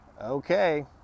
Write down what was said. Okay